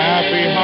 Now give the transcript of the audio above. Happy